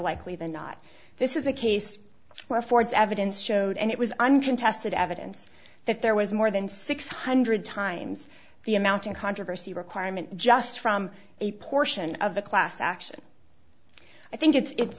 likely than not this is a case where ford's evidence showed and it was uncontested evidence that there was more than six hundred times the amount in controversy requirement just from a portion of the class action i think it's